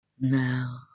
Now